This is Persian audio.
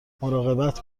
مراقبت